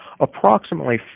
approximately